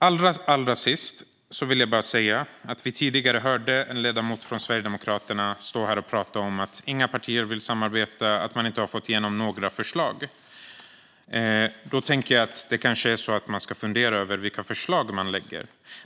Allra sist: Vi hörde tidigare en ledamot från Sverigedemokraterna säga att inga partier vill samarbeta och att man inte har fått igenom några förslag. Man ska kanske fundera över vilka förslag man lägger fram.